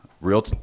Real